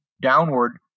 downward